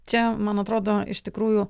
čia man atrodo iš tikrųjų